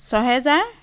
ছহেজাৰ